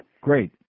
Great